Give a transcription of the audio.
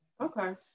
okay